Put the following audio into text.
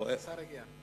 השר הגיע.